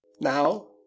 Now